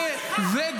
דיון אחד.